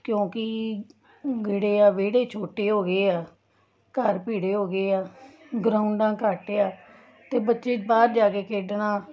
ਕਿਉਂਕਿ ਜਿਹੜੇ ਆ ਵਿਹੜੇ ਛੋਟੇ ਹੋ ਗਏ ਆ ਘਰ ਭੀੜੇ ਹੋ ਗਏ ਆ ਗਰਾਊਂਡਾਂ ਘੱਟ ਆ ਅਤੇ ਬੱਚੇ ਬਾਹਰ ਜਾ ਕੇ ਖੇਡਣਾ